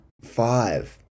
five